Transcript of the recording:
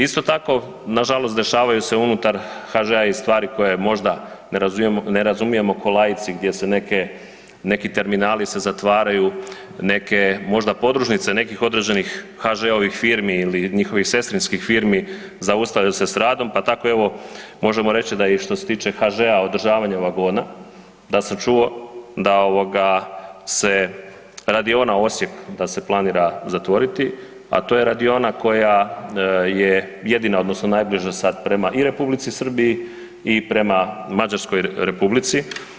Isto tako nažalost dešavaju se unutar HŽ-a i stvari koje možda ne razumijemo kao laici gdje se neki terminali se zatvaraju, neke možda podružnice nekih određenih HŽ-ovih firmi ili njihovih sestrinskih firmi zaustavljaju se radom, pa tako evo možemo reći da i što se tiče HŽ Održavanje vagona da sam čuo da se radiona Osijek da se planira zatvoriti, a to je radiona koja je jedina odnosno najbliža sad i prema Republici Srbiji i prema Mađarskoj Republici.